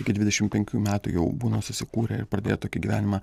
iki dvidešim penkių metų jau būna susikūrę ir pradėję tokį gyvenimą